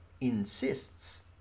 insists